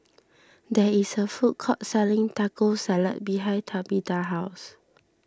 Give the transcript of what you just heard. there is a food court selling Taco Salad behind Tabitha's house